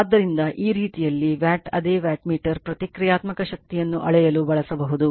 ಆದ್ದರಿಂದ ಈ ರೀತಿಯಲ್ಲಿ ವ್ಯಾಟ್ ಅದೇ ವ್ಯಾಟ್ಮೀಟರ್ ಪ್ರತಿಕ್ರಿಯಾತ್ಮಕ ಶಕ್ತಿಯನ್ನು ಅಳೆಯಲು ಬಳಸಬಹುದು